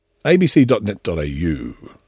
abc.net.au